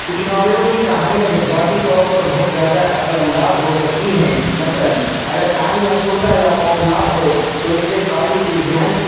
کچھ ناولوں کی کہانیاں جذباتی طور بہت زیادہ اثر انداز ہو سکتی ہیں مثلاً اگر کہانی افسردہ یا خوفناک ہو تو اس سے قاری کی ذہن